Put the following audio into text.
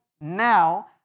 now